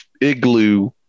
igloo